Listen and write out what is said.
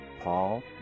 Paul